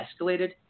escalated